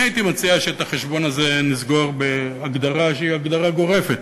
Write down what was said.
אני הייתי מציע שאת החשבון הזה נסגור בהגדרה שהיא הגדרה גורפת,